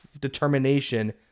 determination